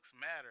matter